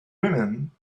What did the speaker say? women